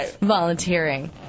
volunteering